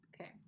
Okay